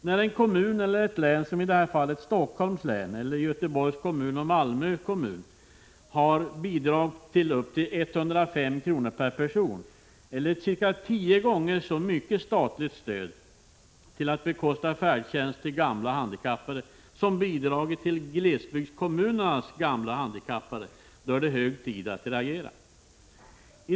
När ett landsting eller en kommun — jag tänker på Stockholms läns landsting, Göteborgs kommun och Malmö kommun — har bidrag på upp till 105 kr. per person, vilket är cirka tio gånger så mycket i statligt stöd för att bekosta färdtjänst för gamla och handikappade som glesbygdskommunerna har, är det hög tid att reagera.